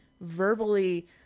verbally